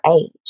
age